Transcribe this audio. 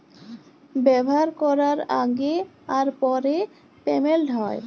ব্যাভার ক্যরার আগে আর পরে পেমেল্ট হ্যয়